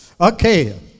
Okay